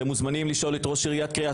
אתם מוזמנים לשאול את ראש עיריית קריית